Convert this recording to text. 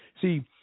See